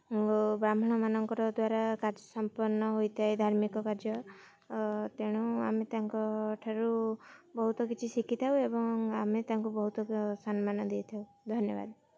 ବ୍ରାହ୍ମଣମାନଙ୍କର ଦ୍ୱାରା କାର୍ଯ୍ୟ ସମ୍ପନ୍ନ ହୋଇଥାଏ ଧାର୍ମିକ କାର୍ଯ୍ୟ ତେଣୁ ଆମେ ତାଙ୍କଠାରୁ ବହୁତ କିଛି ଶିଖିଥାଉ ଏବଂ ଆମେ ତାଙ୍କୁ ବହୁତ ସମ୍ମାନ ଦେଇଥାଉ ଧନ୍ୟବାଦ